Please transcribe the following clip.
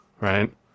right